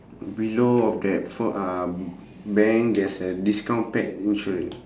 below of that ph~ uh bank there is a discount pack insurance